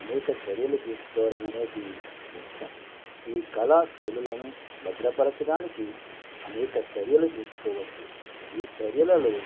అనేక చర్యలు తీసుకోవడం అనేది ముఖ్యం ఈ కళాశైలులను భద్రపరచడానికి అనేక చర్యలు తీసుకోవచ్చు ఈ చర్యలలో